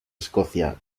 escocia